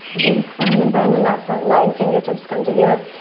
then find a bend in that front leg, fingertips come to the earth.